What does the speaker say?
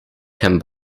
can